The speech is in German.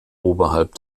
oberhalb